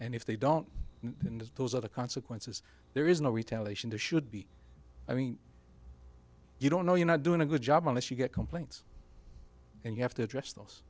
and if they don't and those are the consequences there is no retaliation to should be i mean you don't know you're not doing a good job unless you get complaints and you have to address those